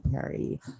Perry